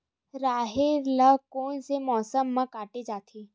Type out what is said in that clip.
राहेर ल कोन से मौसम म काटे जाथे?